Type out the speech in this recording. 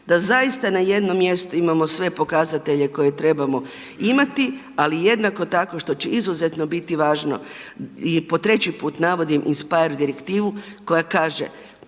da zaista ne jednom mjestu imamo sve pokazatelje koje trebamo imati. Ali jednako tako što će izuzetno biti važno i po treći put navodim INSPIRE direktivu koja kaže